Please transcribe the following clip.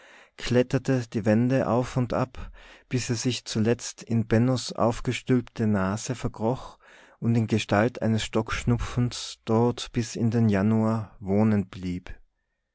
kletterte die wände auf und ab bis sie sich zuletzt in bennos aufgestülpte nase verkroch und in gestalt eines stockschnupfens dort bis in den januar wohnen blieb